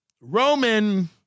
Roman